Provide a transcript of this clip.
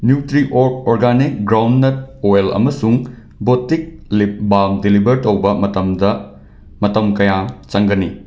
Nutriorg organic groundnut oil ꯑꯃꯁꯨꯡ ꯕꯣꯇꯤꯛ ꯂꯤꯞ ꯕꯥꯝ ꯗꯦꯂꯤꯕꯔ ꯇꯧꯕ ꯃꯇꯝꯗ ꯃꯇꯝ ꯀꯌꯥꯝ ꯆꯪꯒꯅꯤ